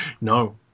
No